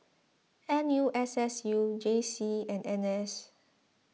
N U S S U J C and N S